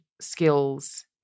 skills